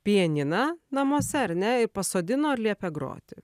pianiną namuose ar ne pasodino ir liepė groti